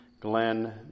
glenn